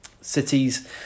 cities